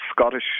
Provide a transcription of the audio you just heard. Scottish